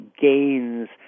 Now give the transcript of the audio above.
gains